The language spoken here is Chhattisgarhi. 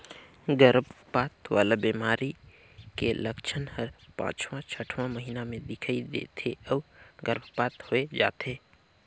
गरभपात वाला बेमारी के लक्छन हर पांचवां छठवां महीना में दिखई दे थे अउ गर्भपात होय जाथे